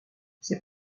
ses